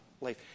life